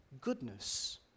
goodness